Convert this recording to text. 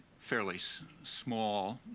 fairly so small,